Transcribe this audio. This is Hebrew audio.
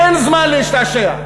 אין זמן להשתעשע.